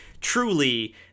truly